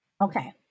Okay